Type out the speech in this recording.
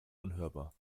unhörbar